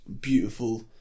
beautiful